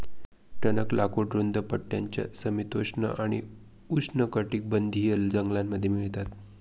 टणक लाकूड रुंद पट्ट्याच्या समशीतोष्ण आणि उष्णकटिबंधीय जंगलांमध्ये मिळतात